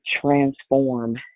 transform